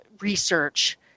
research